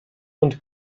und